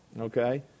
okay